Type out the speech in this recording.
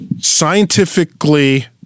scientifically